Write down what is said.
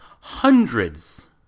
hundreds